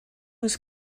was